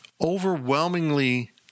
overwhelmingly